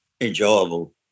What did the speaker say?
enjoyable